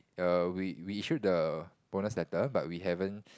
err we we issued the bonus letter but we haven't